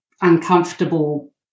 uncomfortable